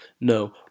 no